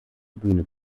bühne